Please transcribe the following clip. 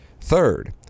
third